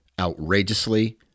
outrageously